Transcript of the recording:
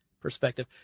perspective